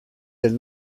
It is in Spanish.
del